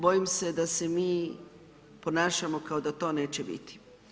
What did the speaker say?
Bojim se da se mi ponašamo kao da to neće biti.